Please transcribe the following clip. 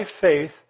faith